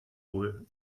wohl